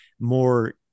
more